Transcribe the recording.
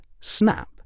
snap